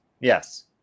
Yes